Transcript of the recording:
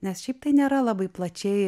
nes šiaip tai nėra labai plačiai